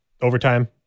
overtime